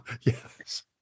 Yes